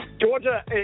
Georgia